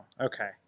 okay